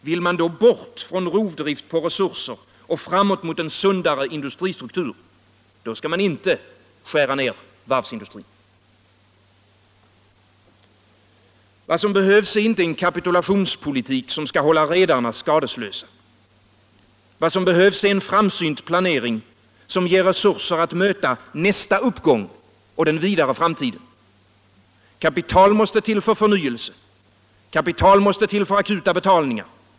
Vill man då bort från rovdrift på resurser och fram mot en sundare industristruktur — då skall man inte skära ner varvsindustrin. Vad som behövs är inte en kapitulationspolitik som skall hålla redarna skadeslösa. Vad som behövs är en framsynt planering som ger resurser att möta nästa uppgång och den vidare framtiden. Kapital måste till för förnyelse. Kapital måste till för akuta betalningar.